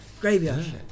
graveyard